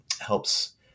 helps